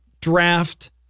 draft